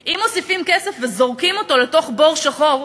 אם מוסיפים כסף וזורקים אותו לתוך בור שחור,